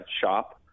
shop